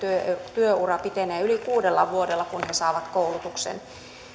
työura pitenee yli kuudella vuodella kun he saavat koulutuksen